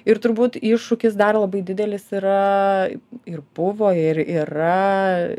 ir turbūt iššūkis dar labai didelis yra ir buvo ir yra